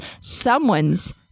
Someone's